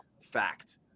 fact